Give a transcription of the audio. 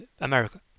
America